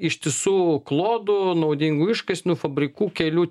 ištisų klodų naudingų iškasenų fabrikų kelių